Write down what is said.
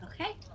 Okay